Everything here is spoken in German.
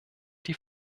die